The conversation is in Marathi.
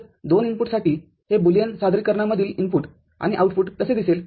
तर२ इनपुटसाठीहे बुलियन सादरीकरणामधील इनपुट आणि आउटपुट कसे दिसेल